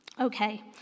Okay